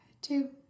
two